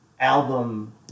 Album